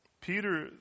Peter